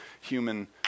human